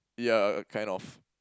yeah uh uh kind of